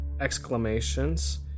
exclamations